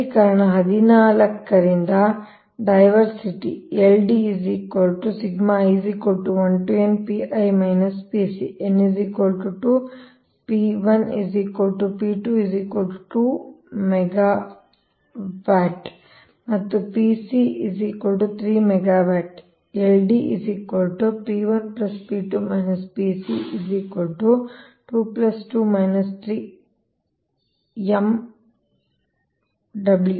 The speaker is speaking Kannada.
ಸಮೀಕರಣ 14 ರಿಂದ load diversity LD n 2 P1 P2 2 megawatt ಮತ್ತು Pc 3 megawatt LD P1 P2 Pc 22 3 Mw